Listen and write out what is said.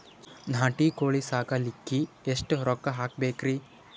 ನಾಟಿ ಕೋಳೀ ಸಾಕಲಿಕ್ಕಿ ಎಷ್ಟ ರೊಕ್ಕ ಹಾಕಬೇಕ್ರಿ?